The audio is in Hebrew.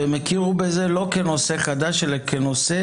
והם הכירו בזה לא כנושא חדש אלא כנושא